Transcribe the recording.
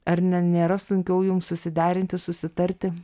ar ne nėra sunkiau jum susiderinti susitarti